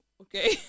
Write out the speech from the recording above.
okay